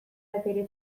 batere